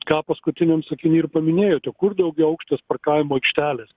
ką paskutiniam sakiny ir paminėjote kur daugiaaukštės parkavimo aikštelės